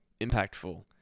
impactful